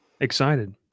excited